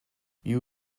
you